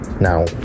Now